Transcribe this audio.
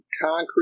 Concrete